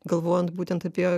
galvojant būtent apie